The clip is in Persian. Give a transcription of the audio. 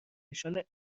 نشان